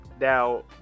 Now